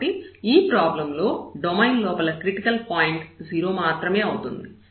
కాబట్టి ఈ ప్రాబ్లం లో డొమైన్ లోపల క్రిటికల్ పాయింట్ 0 మాత్రమే అవుతుంది